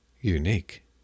unique